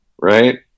Right